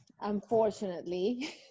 Unfortunately